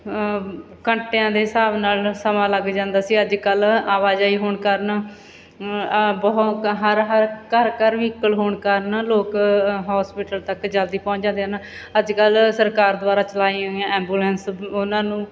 ਘੰਟਿਆਂ ਦੇ ਹਿਸਾਬ ਨਾਲ ਸਮਾਂ ਲੱਗ ਜਾਂਦਾ ਸੀ ਅੱਜ ਕੱਲ੍ਹ ਆਵਾਜਾਈ ਹੋਣ ਕਾਰਨ ਆ ਬਹੁਤ ਹਰ ਹਰ ਘਰ ਘਰ ਵਹੀਕਲ ਹੋਣ ਕਾਰਨ ਲੋਕ ਹੋਸਪਿਟਲ ਤੱਕ ਜਲਦੀ ਪਹੁੰਚ ਜਾਂਦੇ ਹਨ ਅੱਜ ਕੱਲ੍ਹ ਸਰਕਾਰ ਦੁਆਰਾ ਚਲਾਈ ਹੋਈਆਂ ਐਂਬੂਲੈਂਸ ਉਹਨਾਂ ਨੂੰ